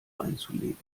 einzulegen